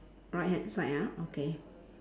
right hand side ah okay